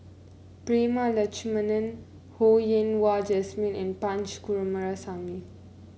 Prema Letchumanan Ho Yen Wah Jesmine and Punch Coomaraswamy